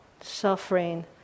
suffering